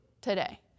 today